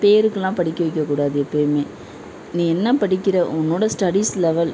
பேருக்கெலாம் படிக்க வைக்கக்கூடாது எப்பயுமே நீ என்ன படிக்கிற உன்னோடய ஸ்டடீஸ் லெவல்